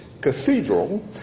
Cathedral